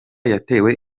yatewe